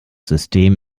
system